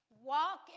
walk